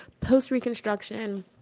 post-reconstruction